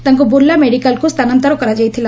ତାଙ୍କୁ ବୁର୍ଲା ମେଡିକାଲ୍କୁ ସ୍ଥାନାନ୍ତର କରାଯାଇଥିଲା